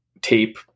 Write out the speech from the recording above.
tape